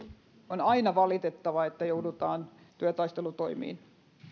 on aina valitettavaa että joudutaan työtaistelutoimiin